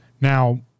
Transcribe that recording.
Now